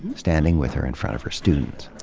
standing with her in front of her students.